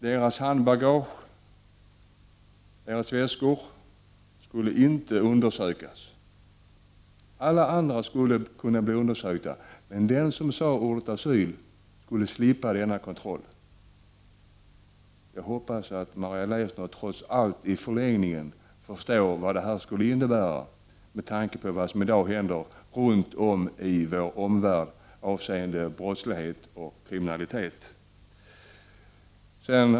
Deras handbagage och väskor skulle inte undersökas. Alla andra skulle kunna bli undersökta, men de som sade ordet asyl skulle slippa kontrollen. Jag hoppas att Maria Leissner trots allt i förlängningen förstår vad det här skulle innebära med tanke på vad som i dag händer runt om i vår = Prot. 1989/90:29 omvärld avseende brottslighet och kriminalitet.